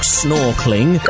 snorkeling